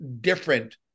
different